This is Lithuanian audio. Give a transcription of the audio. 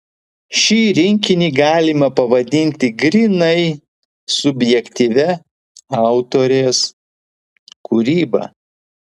šį rinkinį galima pavadinti grynai subjektyvia autorės kūryba